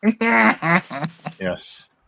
Yes